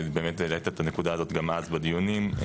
כשהעלית את הנקודה הזאת בדיונים גם אז,